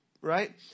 right